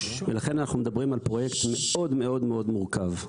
ולכן אנחנו מדברים על פרויקט מאוד מאוד מאוד מורכב.